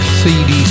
cd